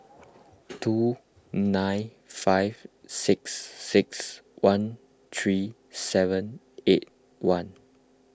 two nine five six six one three seven eight one